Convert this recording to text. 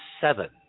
seven